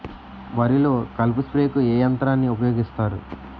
వరిలో కలుపు స్ప్రేకు ఏ యంత్రాన్ని ఊపాయోగిస్తారు?